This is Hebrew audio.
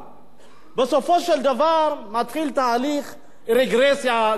בסופו של דבר, מתחיל תהליך רגרסיה גם בשלטון.